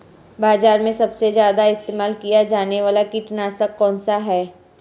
बाज़ार में सबसे ज़्यादा इस्तेमाल किया जाने वाला कीटनाशक कौनसा है?